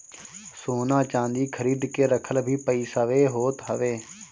सोना चांदी खरीद के रखल भी पईसवे होत हवे